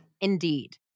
indeed